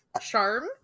charm